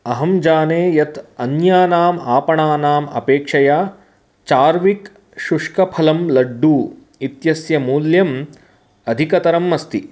अहं जाने यत् अन्यानाम् आपणानाम् अपेक्षया चार्विक् शुष्कफलम् लड्डू इत्यस्य मूल्यम् अधिकतरम् अस्ति